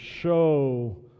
show